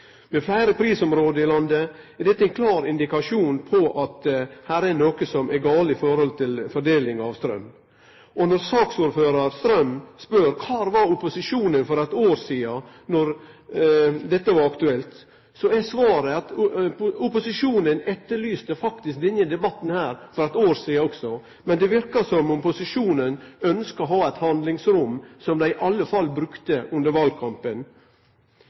Fleire prisområde i landet er ein klar indikasjon på at det er noko som er gale når det gjeld fordeling av straum. Og når saksordførar Strøm spør kvar opposisjonen var for eit år sidan då dette var aktuelt, er svaret at opposisjonen faktisk etterlyste denne debatten for eit år sidan også. Men det verkar som om posisjonen ønskjer å ha eit handlingsrom, som dei i alle fall brukte under valkampen.